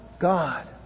God